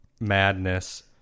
madness